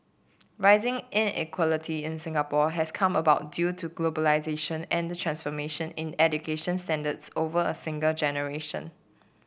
rising inequality in Singapore has come about due to globalisation and the transformation in education standards over a single generation